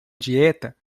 dieta